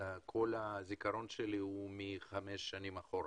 כל הזיכרון שלי הוא מחמש שנים אחורה,